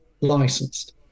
licensed